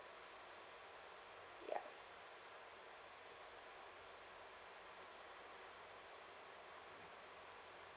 ya